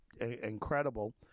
incredible